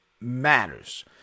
matters